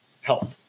help